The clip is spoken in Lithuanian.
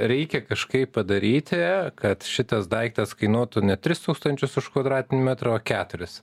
reikia kažkaip padaryti kad šitas daiktas kainuotų net tris tūkstančius už kvadratinį metrą o keturis